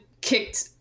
kicked